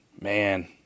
Man